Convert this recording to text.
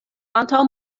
antaŭ